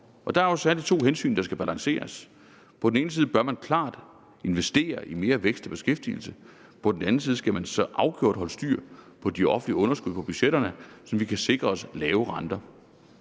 Og der er jo særlig to hensyn, der skal balanceres. På den ene side bør man klart investere i mere vækst og beskæftigelse, og på den anden side skal man så afgjort holde styr på de offentlige underskud på budgetterne, så vi kan sikre os lave renter.